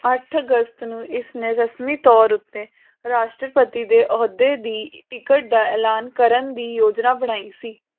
ਅੱਠ ਅਗਸਤ ਨੂੰ ਇਸ ਨੇ ਰਸਮੀ ਤੌਰ ਉੱਤੇ ਰਾਸ਼ਟਰਪਤੀ ਦੇ ਅਹੁਦੇ ਦੀ ਟਿਕਟ ਦਾ ਐਲਾਨ ਕਰਨ ਦੀ ਯੋਜਨਾ ਬਣਾਈ ਸੀ